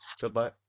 goodbye